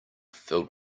filled